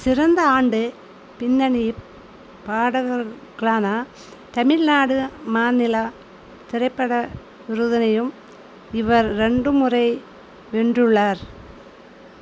சிறந்த ஆண்டு பின்னணிப் பாடகர்ருக்கான தமிழ்நாடு மாநிலம் திரைப்பட விருதனையும் இவர் ரெண்டு முறை வென்றுள்ளார்